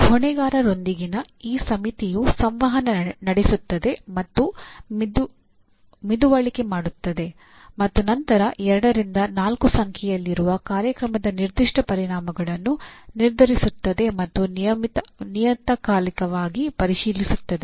ಹೊಣೆಗಾರರೊಂದಿಗಿನ ಈ ಸಮಿತಿಯು ಸಂವಹನ ನಡೆಸುತ್ತದೆ ಮತ್ತು ಮಿದುವಳಿಕೆ ಮಾಡುತ್ತದೆ ಮತ್ತು ನಂತರ ಎರಡರಿಂದ ನಾಲ್ಕು ಸಂಖ್ಯೆಯಲ್ಲಿರುವ ಕಾರ್ಯಕ್ರಮದ ನಿರ್ದಿಷ್ಟ ಪರಿಣಾಮಗಳನ್ನು ನಿರ್ಧರಿಸುತ್ತದೆ ಮತ್ತು ನಿಯತಕಾಲಿಕವಾಗಿ ಪರಿಶೀಲಿಸುತ್ತದೆ